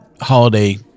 holiday